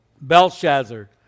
Belshazzar